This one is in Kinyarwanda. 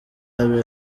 abiri